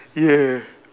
yes